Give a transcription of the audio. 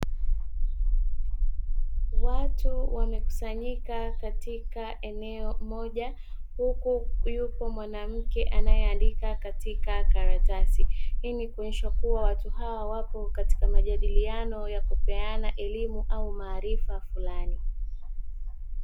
Watu wamekusanyika katika eneo moja huku yupo mwanamke anayeandika katika karatasi, hii ni kuonesha kuwa watu hawa wapo katika majadiliano ya kupeana elimu au maarifa fulani.